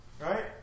right